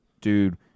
dude